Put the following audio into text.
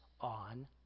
on